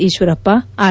Eshwarappa R